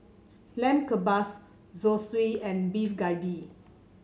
Lamb Kebabs Zosui and Beef Galbi